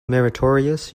meritorious